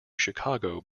chicago